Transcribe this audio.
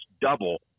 double